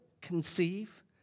conceive